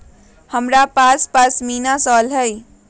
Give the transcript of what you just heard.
हमरा पास पशमीना शॉल हई